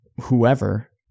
whoever